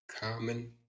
Common